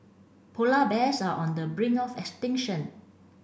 polar bears are on the brink of extinction